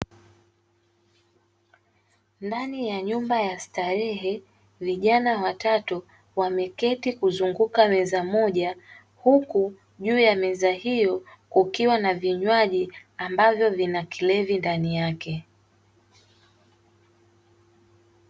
Ndani ya nyumba ya starehe vijana watatu wameketi kuzunguka meza moja. Huku juu ya meza hiyo kukiwa na vinywaji ambavyo vinakilevi ndani yake.